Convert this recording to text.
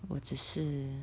我只是